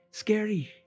scary